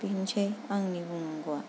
बेनोसै आंनि बुंनांगौवा